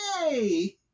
yay